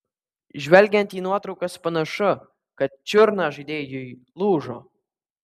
žvelgiant į nuotraukas panašu kad čiurna žaidėjui lūžo